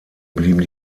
blieben